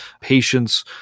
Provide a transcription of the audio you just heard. patience